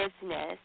business